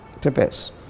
prepares